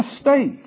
state